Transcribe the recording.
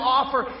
offer